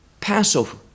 passover